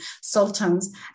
sultans